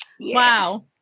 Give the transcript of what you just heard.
Wow